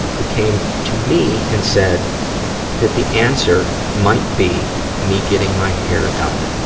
who came to me and said that the answer might be me getting my hair done.